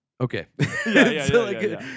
Okay